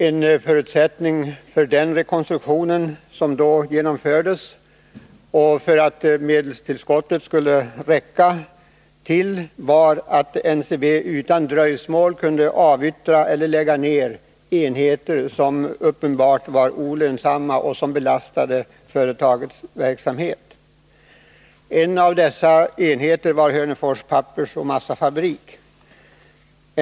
En förutsättning för den rekonstruktion som då genomfördes och för att medelstillskottet skulle räcka var att NCB utan dröjsmål kunde avyttra eller lägga ned enheter som uppenbarligen var olönsamma och som belastade företagets verksamhet. En av dessa enheter var Hörnefors pappersoch massafabrik.